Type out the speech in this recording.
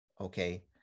okay